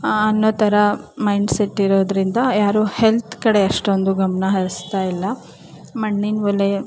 ಅನ್ನೋ ಥರ ಮೈಂಡ್ ಸೆಟ್ಟಿರೋದ್ರಿಂದ ಯಾರು ಹೆಲ್ತ್ ಕಡೆ ಅಷ್ಟೊಂದು ಗಮನ ಹರಿಸ್ತಾಯಿಲ್ಲ ಮಣ್ಣಿನ ಒಲೆ